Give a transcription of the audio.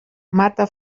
mata